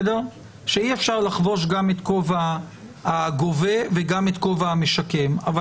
שאי אפשר לחבוש גם את כובע הגובה וגם את כובע המשקם אבל